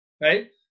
Right